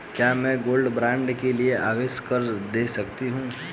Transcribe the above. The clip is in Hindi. क्या मैं गोल्ड बॉन्ड के लिए आवेदन दे सकती हूँ?